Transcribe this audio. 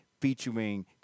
featuring